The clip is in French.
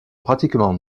pratiquement